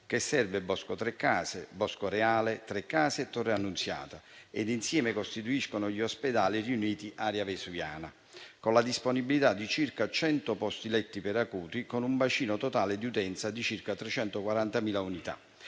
che serve Boscotrecase, Boscoreale, Trecase e Torre Annunziata; insieme costituiscono gli Ospedali riuniti area vesuviana, con la disponibilità di circa 100 posti letto per acuti, con un bacino totale di utenza di circa 340.000 unità.